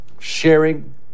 sharing